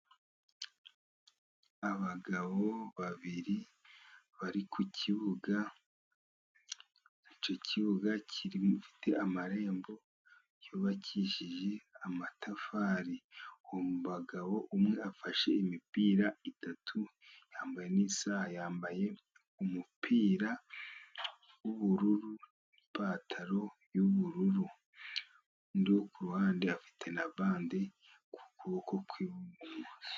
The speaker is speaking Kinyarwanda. Abagabo babiri bari ku kibuga, icyo kibuga gifite amarembo yubakishije amatafari, abo bagabo umwe afashe imipira itatu yambaye n'isaha, yambaye umupira w'ubururu n'ipantaro y'ubururu, undi wo kuruhande afite na bande ku kuboko kw'ibumoso.